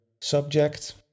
subject